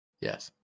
Yes